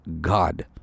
God